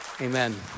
Amen